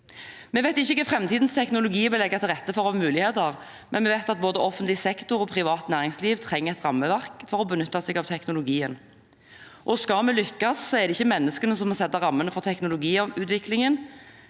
Vi vet ikke hva framtidens teknologi vil legge til rette for av muligheter, men vi vet at både offentlig sektor og privat næringsliv trenger et rammeverk for å kunne benytte seg av teknologien. Skal vi lykkes, er det menneskene som må sette rammene for teknologiutviklingen.